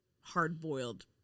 hard-boiled